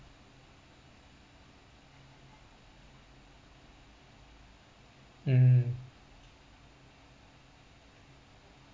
mm